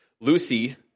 Lucy